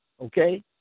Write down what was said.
okay